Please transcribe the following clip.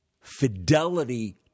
fidelity